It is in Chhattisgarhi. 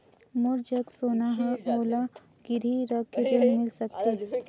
मोर जग सोना है ओला गिरवी रख के ऋण मिल सकथे?